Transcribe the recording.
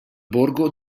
borgo